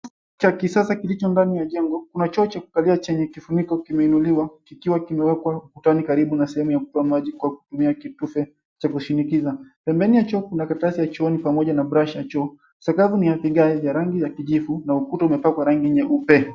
Cha kisasa kilicho ndani ya jengo kuna choo cha kukalia chenye kifuniko kimeinuliwa kikiwa kimewekwa ukutani karibu na sehemu ya kutoa maji kwa kutumia kitu cha kushinikiza, pembeni cho kuna karatsi ya chooni pamoja na brush ya choo, sakafu ni ya vigae vya rangi ya kijivu na ukuta umepakwa rangi nyeupe.